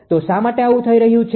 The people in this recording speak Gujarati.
તો શા માટે આવું થઈ રહ્યું છે